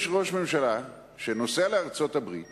יש ראש ממשלה שנוסע לארצות-הברית